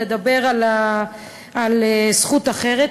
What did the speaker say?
לדבר על זכות אחרת,